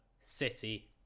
City